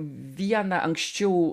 vieną anksčiau